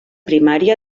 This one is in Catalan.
primària